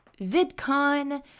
VidCon